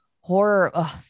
horror